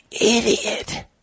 idiot